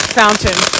fountain